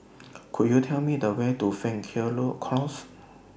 Could YOU Tell Me The Way to Close